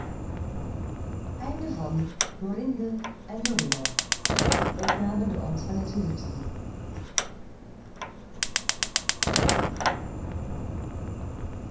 en opende de deur van het